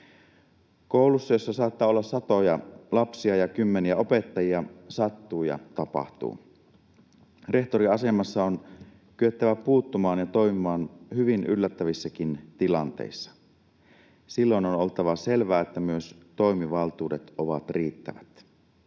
Koulussa, jossa saattaa olla satoja lapsia ja kymmeniä opettajia, sattuu ja tapahtuu. Rehtoriasemassa on kyettävä puuttumaan ja toimimaan hyvin yllättävissäkin tilanteissa. Silloin on oltava selvää, että myös toimivaltuudet ovat riittävät.